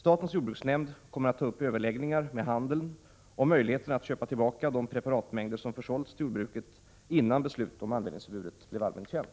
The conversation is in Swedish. Statens jordbruksnämnd kommer att ta upp överläggningar med handeln om möjligheterna att köpa tillbaka de preparatmängder som försålts till jordbruket innan beslutet om användningsförbudet blir allmänt känt.